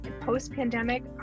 post-pandemic